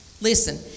Listen